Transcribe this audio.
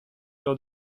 lors